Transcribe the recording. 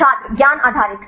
छात्र ज्ञान आधारित